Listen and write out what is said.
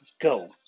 go